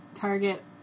target